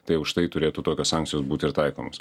tai už tai turėtų tokios sankcijos būti ir taikomos